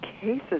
cases